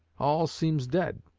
all seems dead